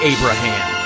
Abraham